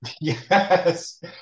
Yes